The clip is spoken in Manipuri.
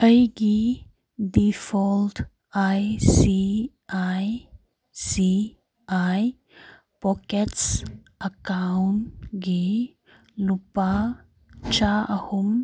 ꯑꯩꯒꯤ default I C I C I pockets ꯑꯦꯀꯥꯎꯟꯒꯤ ꯂꯨꯄꯥ ꯆꯥ ꯑꯍꯨꯝ